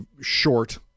short